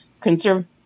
Conservative